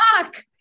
fuck